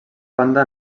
banda